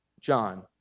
John